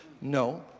No